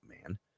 man